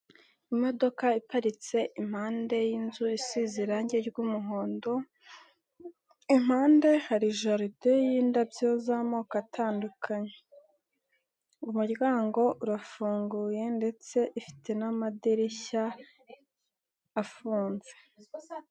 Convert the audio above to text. Imodoka iparitse impande y'inzu isize irange ry'umuhondo, impande hari jaride y'indabyo z'amoko atandukanye, umuryango urafunguye ndetse ifite n'amadireshya afunze.